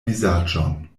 vizaĝon